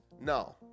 no